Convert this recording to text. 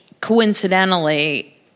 coincidentally